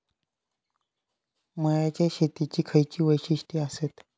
मळ्याच्या शेतीची खयची वैशिष्ठ आसत?